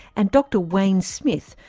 and dr wayne smith,